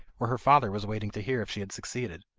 where her father was waiting to hear if she had succeeded.